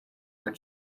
when